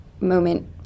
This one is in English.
moment